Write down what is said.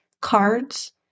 cards